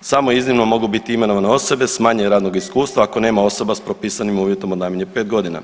samo iznimno mogu biti imenovane osobe s manje radnog iskustava ako nema osoba s propisanim uvjetom od najmanje 5 godina.